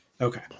Okay